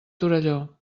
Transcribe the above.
torelló